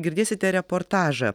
girdėsite reportažą